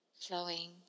flowing